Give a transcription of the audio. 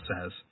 says